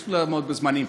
יש לעמוד בזמנים.